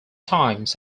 times